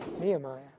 Nehemiah